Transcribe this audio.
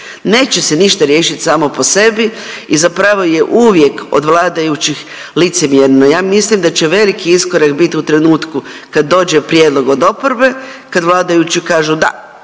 neće se ništa riješit samo po sebi i zapravo je uvijek od vladajućih licemjerno. Ja mislim da će veliki iskorak bit u trenutku kad dođe prijedlog od oporbe, kad vladajući kažu da,